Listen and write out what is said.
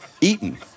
eaten